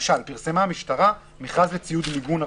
למשל פרסמה המשטרה מכרז לציוד מיגון ארצי,